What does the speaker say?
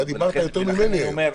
אתה דיברת יותר ממני היום.